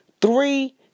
three